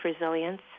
resilience